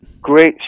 Great